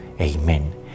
Amen